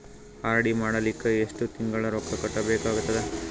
RD ಮಾಡಲಿಕ್ಕ ಎಷ್ಟು ತಿಂಗಳ ರೊಕ್ಕ ಕಟ್ಟಬೇಕಾಗತದ?